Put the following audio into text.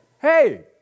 hey